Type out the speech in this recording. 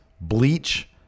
bleach